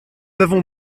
avons